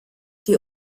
die